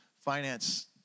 finance